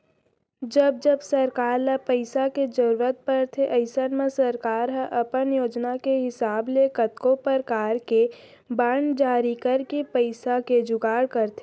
जब जब सरकार ल पइसा के जरूरत परथे अइसन म सरकार ह अपन योजना के हिसाब ले कतको परकार के बांड जारी करके पइसा के जुगाड़ करथे